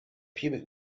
pubic